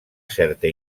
certa